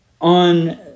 On